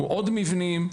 עוד מבנים,